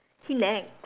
he nags